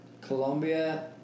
Colombia